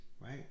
right